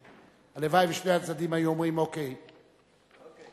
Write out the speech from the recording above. הלוואי ששני הצדדים היו אומרים: אוקיי, גולדברג.